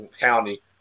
county